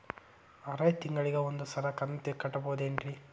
ಆರ ತಿಂಗಳಿಗ ಒಂದ್ ಸಲ ಕಂತ ಕಟ್ಟಬಹುದೇನ್ರಿ?